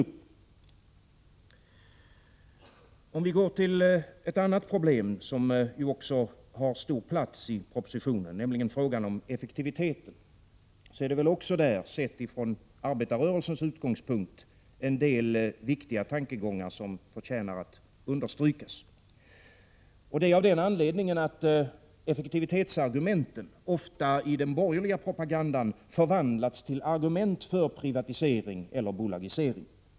För att gå över till ett annat problem, som också har stor plats i propositionen, nämligen frågan om effektiviseringen, är det också där, sett utifrån arbetarrörelsens utgångspunkt, en del viktiga tankegångar som förtjänar att understryka. Effektivitetsargumenten förvandlas nämligen i den borgerliga propagandan ofta till argument för privatisering eller bolagisering.